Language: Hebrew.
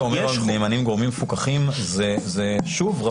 אומר שוב ושוב שהנאמנים הם גורמים מפוקחים,